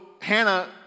Hannah